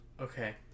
Okay